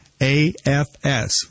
AFS